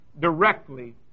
directly